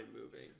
moving